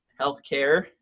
healthcare